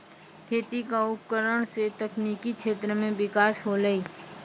खेती क उपकरण सें तकनीकी क्षेत्र में बिकास होलय